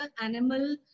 animal